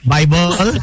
Bible